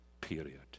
period